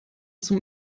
zum